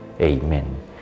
Amen